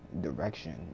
direction